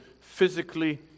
physically